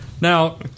Now